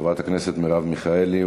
חברת הכנסת מרב מיכאלי,